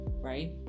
right